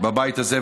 בבית הזה,